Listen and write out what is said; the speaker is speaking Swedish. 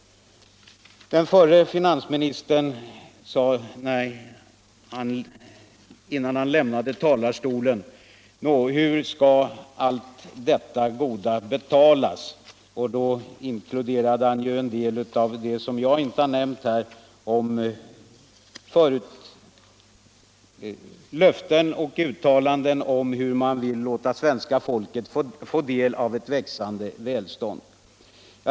Den förre finansministern sade innan han lämnade talarstolen: Nå, hur skall allt detta goda betalas? Han inkluderade då också en del som jag inte har nämnt här — löften och uttalanden om hur man vill låta svenska folket få del av ett växande välstånd.